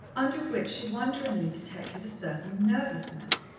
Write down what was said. under which she wonderingly detected a certain nervousness.